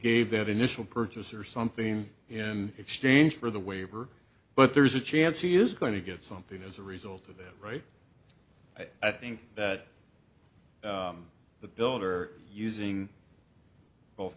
gave that initial purchase or something in exchange for the waiver but there's a chance he is going to get something as a result of that right i think that the builder using both